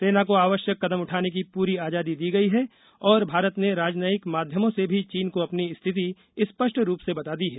सेना को आवश्यक कदम उठाने की पूरी आजादी दी गयी है और भारत ने राजनयिक माध्यमों से भी चीन को अपनी स्थिति स्पष्ट रूप से बता दी है